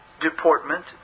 Deportment